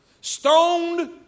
Stoned